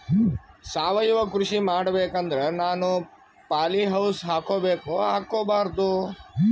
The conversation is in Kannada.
ಸಾವಯವ ಕೃಷಿ ಮಾಡಬೇಕು ಅಂದ್ರ ನಾನು ಪಾಲಿಹೌಸ್ ಹಾಕೋಬೇಕೊ ಹಾಕ್ಕೋಬಾರ್ದು?